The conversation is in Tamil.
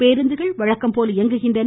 பேருந்துகள் வழக்கம் போல் இயங்குகின்றன